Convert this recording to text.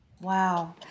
Wow